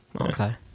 Okay